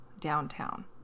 downtown